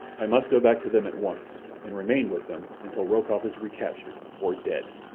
i must go back to them at once, and remain with them until rokoff is recaptured or dead.